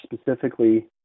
specifically